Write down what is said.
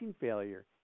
failure